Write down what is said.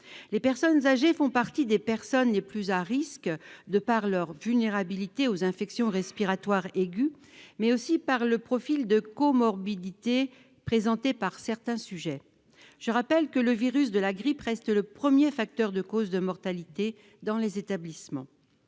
Les personnes âgées figurent parmi celles qui sont les plus exposées à un risque, de par leur vulnérabilité aux infections respiratoires aiguës, mais aussi le profil de comorbidité présenté par certains sujets. Je rappelle que le virus de la grippe reste le premier facteur de mortalité dans les établissements.